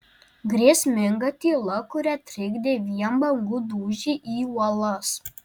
grėsminga tyla kurią trikdė vien bangų dūžiai į uolas